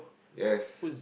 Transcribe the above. yes